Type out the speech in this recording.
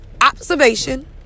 observation